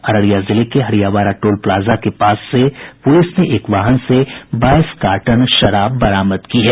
अररिया जिले के Hariyabara toll plaza के पास से पुलिस ने एक वाहन से बाईस कार्टन शराब बरामद की है